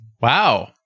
Wow